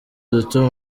duto